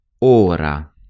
ora